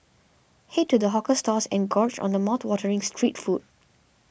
head to the hawker stalls and gorge on mouthwatering street food